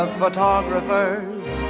photographers